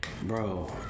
Bro